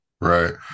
Right